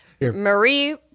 marie